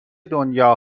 دنیا